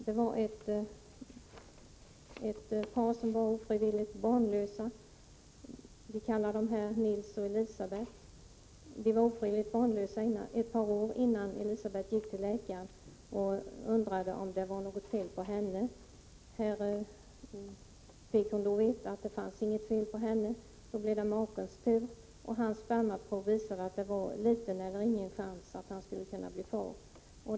Den handlade om ett par som var ofrivilligt barnlöst, de kallas i artikeln för Nils och Elisabet. De var ofrivilligt barnlösa ett par år innan Elisabet gick till läkaren och undrade om det var något fel på henne. Då hon fick veta att det inte fanns något fel på henne blev det makens tur att undersökas. Hans spermaprov visade att det var liten eller ingen chans att han skulle kunna bli far.